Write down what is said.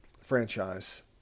franchise